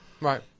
right